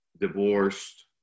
divorced